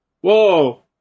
Whoa